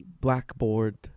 blackboard